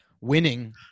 winning